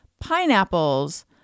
pineapples